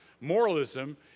Moralism